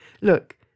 Look